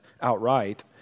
outright